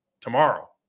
tomorrow